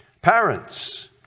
parents